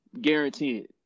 Guaranteed